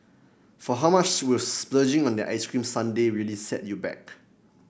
for how much will splurging on that ice cream sundae really set you back